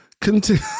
continue